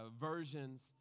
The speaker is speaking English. versions